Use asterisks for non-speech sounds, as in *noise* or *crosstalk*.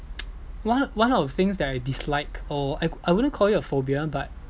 *noise* one of one of things that I dislike or I I wouldn't call it a phobia but